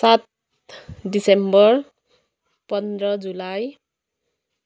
सात डिसेम्बर पन्ध्र जुलाई